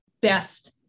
best